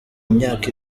imyaka